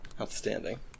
Outstanding